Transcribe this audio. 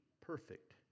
perfect